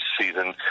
season